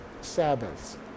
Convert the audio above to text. Sabbaths